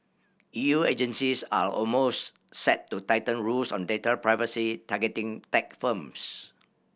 E U agencies are almost set to tighten rules on data privacy targeting tech firms